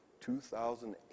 2008